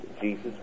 Jesus